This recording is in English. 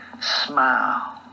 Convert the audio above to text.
Smile